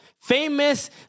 famous